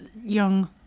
young